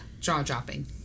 jaw-dropping